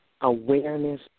awareness